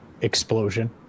explosion